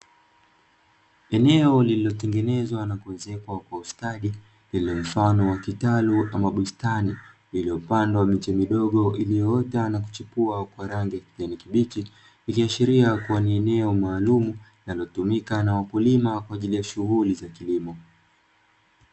Eneo lililotengenezwa na kuezekwa kwa ustadi, lililo mfano wa kitalu ama bustani, iliyopandwa miche midogo iliyoota na kuchipua kwa rangi ya kijani kibichi, ikiashiria kuwa ni eneo maalumu linalotumika na wakulima kwa ajili ya shughuli za kilimo.